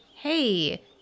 Hey